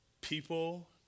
People